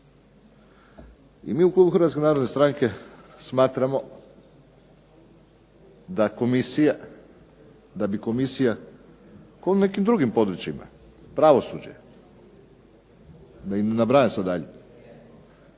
I mi u klubu Hrvatske narodne stranke smatramo da bi komisija, kao u nekim drugim područjima, pravosuđe, da ne nabrajam sad dalje,